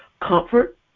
Comfort